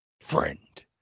friend